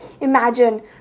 Imagine